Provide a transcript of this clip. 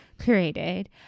created